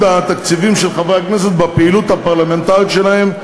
התקציבים של חברי הכנסת בפעילות הפרלמנטרית שלהם,